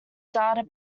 data